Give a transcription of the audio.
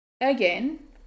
again